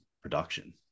production